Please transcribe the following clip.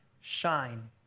shine